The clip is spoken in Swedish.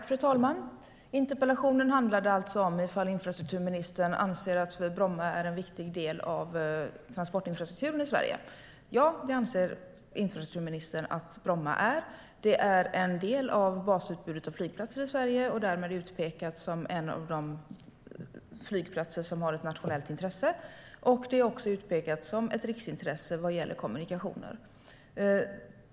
Fru talman! Interpellationen gällde alltså om infrastrukturministern anser att Bromma är en viktig del av transportinfrastrukturen i Sverige. Ja, det anser infrastrukturministern att Bromma är. Flygplatsen är en del av basutbudet av flygplatser i Sverige och är därmed utpekad som en av de flygplatser som har nationellt intresse. Den är också utpekad som riksintresse vad gäller kommunikationer.